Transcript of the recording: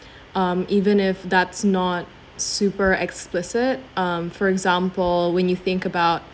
um even if that's not super explicit um for example when you think about